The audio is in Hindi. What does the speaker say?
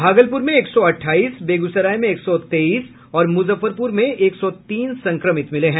भागलपुर में एक सौ अठाईस बेगूसराय में एक सौ तेईस और मुजफ्फरपुर में एक सौ तीन संक्रमित मिले हैं